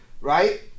right